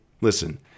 listen